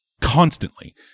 constantly